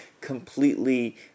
completely